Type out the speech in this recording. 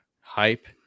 hype